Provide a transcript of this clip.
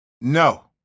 No